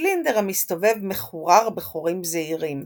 הצילינדר המסתובב, מחורר בחורים זעירים.